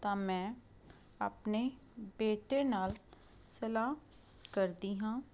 ਤਾਂ ਮੈਂ ਆਪਣੇ ਬੇਟੇ ਨਾਲ ਸਲਾਹ ਕਰਦੀ ਹਾਂ